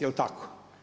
Je li tako?